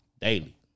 Daily